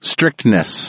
Strictness